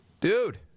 Dude